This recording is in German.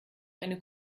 eine